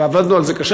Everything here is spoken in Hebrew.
ועבדנו על זה קשה.